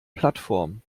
plattform